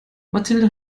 mathilde